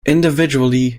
individually